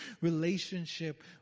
relationship